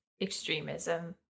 extremism